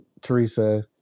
Teresa